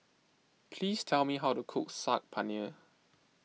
please tell me how to cook Saag Paneer